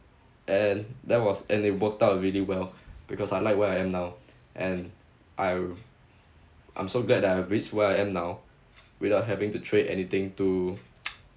and there was and it worked out really well because I like where I am now and I'll I'm so glad I've raised who I am now without having to trade anything too